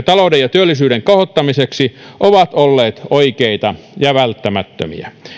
työllisyyden kohottamiseksi ovat olleet oikeita ja välttämättömiä